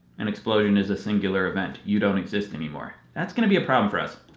an explosion is a singular event. you don't exist anymore. that's gonna be a problem for us.